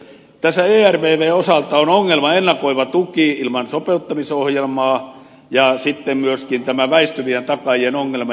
tässä ervvn osalta on ongelma ennakoiva tuki ilman sopeuttamisohjelmaa ja sitten myöskin tämä väistyvien takaajien ongelma